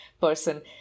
person